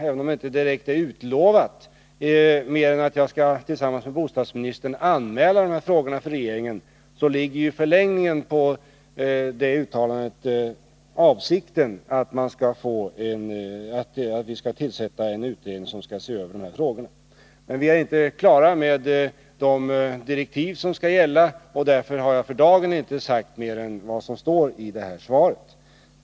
Även om det inte direkt är utlovat mer än att jag tillsammans med bostadsministern skall anmäla dessa frågor för regeringen, så ligger i förlängningen av det uttalandet avsikten att vi skall tillsätta en utredning som skall se över dessa frågor. Men vi är inte klara med de direktiv som skall gälla. Därför har jag för dagen inte velat säga mer än vad som står i svaret.